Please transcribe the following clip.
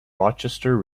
rochester